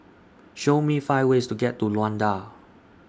Show Me five ways to get to Luanda